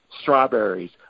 strawberries